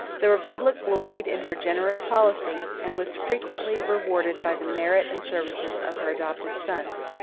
the republic gloried in her generous policy, and was frequently rewarded by the merit and services of her adopted sons.